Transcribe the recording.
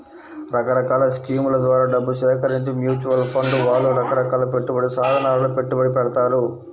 రకరకాల స్కీముల ద్వారా డబ్బు సేకరించి మ్యూచువల్ ఫండ్ వాళ్ళు రకరకాల పెట్టుబడి సాధనాలలో పెట్టుబడి పెడతారు